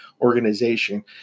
organization